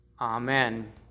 Amen